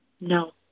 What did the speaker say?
No